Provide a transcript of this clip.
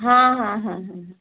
ହଁ ହଁ ହଁ ହଁ